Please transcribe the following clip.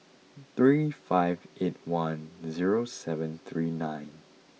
three five eight one zero seven three nine